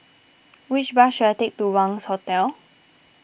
which bus should I take to Wangz Hotel